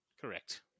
Correct